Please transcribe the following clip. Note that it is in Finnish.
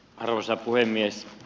arvoisa puhemies